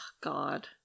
god